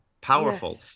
powerful